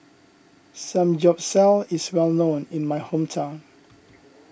Samgyeopsal is well known in my hometown